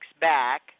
back